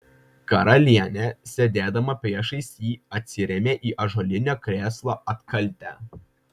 karalienė sėdėdama priešais jį atsirėmė į ąžuolinio krėslo atkaltę